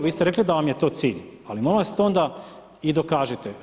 Vi ste rekli da vam je to cilj, ali molim vas to onda i dokažite.